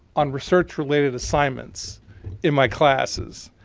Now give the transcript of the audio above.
on research related assignments in my classes.